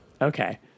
Okay